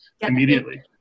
immediately